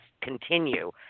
continue